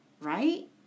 right